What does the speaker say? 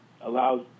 allows